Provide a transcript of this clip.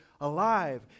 alive